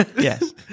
Yes